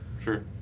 sure